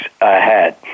ahead